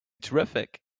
terrific